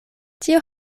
tio